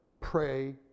pray